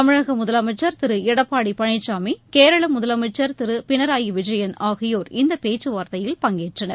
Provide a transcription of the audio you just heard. தமிழக முதலமைச்சர் திரு எடப்பாடி பழனிசாமி கேரள முதலமைச்சர் திரு பினராயி விஜயன் ஆகியோர் இந்த பேச்சுவார்த்தையில் பங்கேற்றனர்